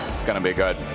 it's going to be good.